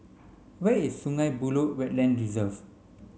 where is Sungei Buloh Wetland Reserve